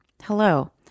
Hello